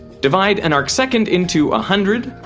divide an arcsecond into a hundred